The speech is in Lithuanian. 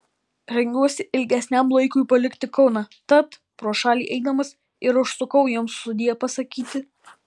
rengiuosi ilgesniam laikui palikti kauną tat pro šalį eidamas ir užsukau jums sudie pasakyti